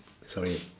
sorry